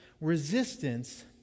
resistance